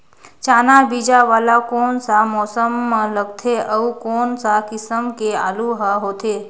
चाना बीजा वाला कोन सा मौसम म लगथे अउ कोन सा किसम के आलू हर होथे?